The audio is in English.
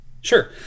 Sure